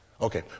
Okay